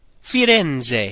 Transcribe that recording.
Firenze